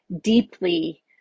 deeply